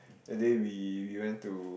that day we we went to